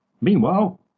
Meanwhile